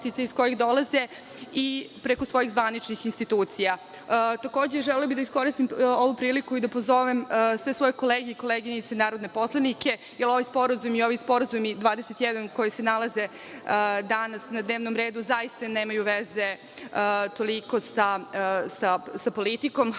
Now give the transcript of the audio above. iz kojih dolaze i preko svojih zvaničnih institucija. Takođe, želela bih da iskoristim ovu priliku i da pozovem sve svoje kolege i koleginice narodne poslanike, jer ovaj sporazum i ovi sporazumi 21 koji se nalaze danas na dnevnom redu zaista nemaju veze toliko sa politikom,